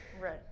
right